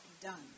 Done